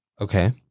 Okay